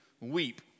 weep